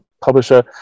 publisher